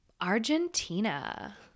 Argentina